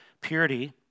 purity